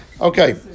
okay